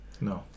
No